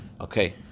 okay